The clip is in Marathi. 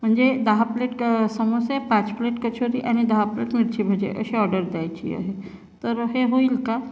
म्हणजे दहा प्लेट समोसे पाच प्लेट कचोआणि दहा प्लेट मिरची भजे अशी ऑर्डर द्यायची आहे तर हे होईल का